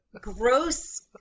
gross